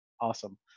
awesome